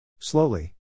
Slowly